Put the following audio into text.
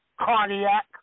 cardiac